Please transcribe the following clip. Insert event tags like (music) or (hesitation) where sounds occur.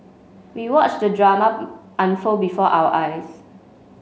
we watched the drama (hesitation) unfold before our eyes